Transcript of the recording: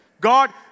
God